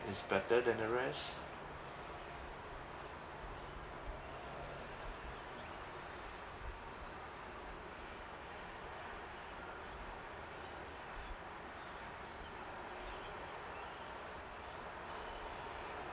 is better than the rest